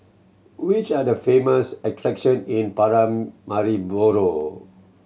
which are the famous attraction in Paramaribo